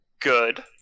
good